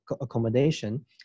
accommodation